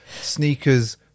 sneakers